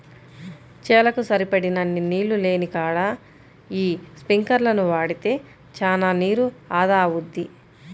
చేలకు సరిపడినన్ని నీళ్ళు లేనికాడ యీ స్పింకర్లను వాడితే చానా నీరు ఆదా అవుద్ది